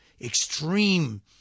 extreme